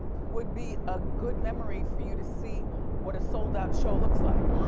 would be a good memory for you to see what a sold out show looks like.